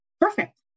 perfect